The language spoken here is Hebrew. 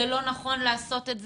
זה לא נכון לעשות את זה,